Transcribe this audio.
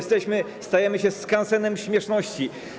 Stajemy się skansenem śmieszności.